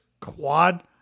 quad